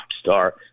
star